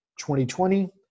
2020